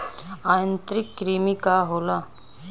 आंतरिक कृमि का होला?